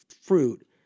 fruit